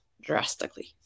drastically